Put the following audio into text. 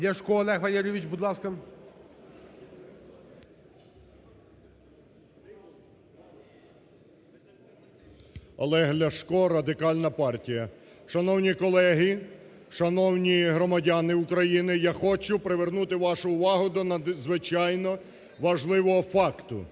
Олег Валерійович, будь ласка 16:36:08 ЛЯШКО О.В. Олег Ляшко, Радикальна партія. Шановні колеги, шановні громадяни України! Я хочу привернути вашу увагу до надзвичайно важливого факту.